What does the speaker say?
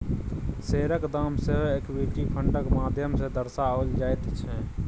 शेयरक दाम सेहो इक्विटी फंडक माध्यम सँ दर्शाओल जाइत छै